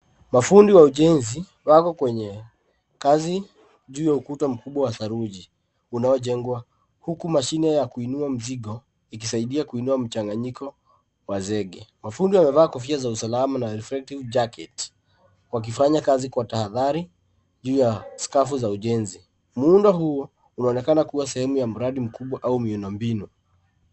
Mafundi wa ujenzi wako kwenye kazi juu ya ukuta mkubwa wa saruji unaojengwa huku mashine wa kuinua mizigo ikizaidia kuinua mchanganyiko wa zege. Mafundi wamevaa kofia ya usalama na reflective Jacket wakifanya kazi kwa tahatari juu ya skavu za ujenzi. Muundo huo unaonekana kuwa sehemu ya mradi mkubwa au muundobinu.